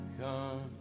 come